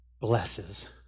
blesses